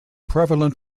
prevalent